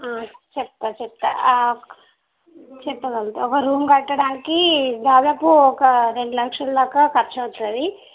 చెప్తా చెప్తా చెప్పగలుగుతా ఒక రూమ్ కట్టడానికి దాదాపు ఒక రెండు లక్షల దాకా ఖర్చు అవుతుంది